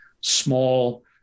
small